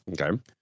Okay